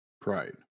Pride